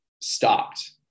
stopped